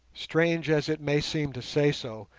strange as it may seem to say so,